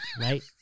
right